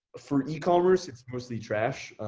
for ecommerce it's mostly trash,